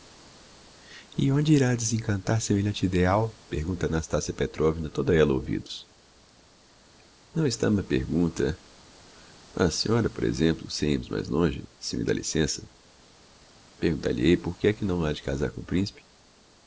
e onde irá desencantar semelhante ideal pergunta nastassia petrovna toda ella ouvidos não está má pergunta a senhora por exemplo sem irmos mais longe se me dá licença perguntar lhe hei por que é que não ha de casar com o principe